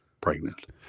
pregnant